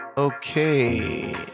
Okay